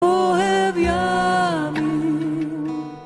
אוהב ימים